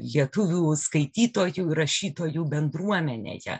lietuvių skaitytojų rašytojų bendruomenėje